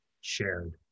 shared